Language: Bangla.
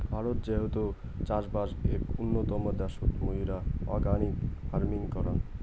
ভারত যেহেতু চাষবাস এক উন্নতম দ্যাশোত, মুইরা অর্গানিক ফার্মিং করাং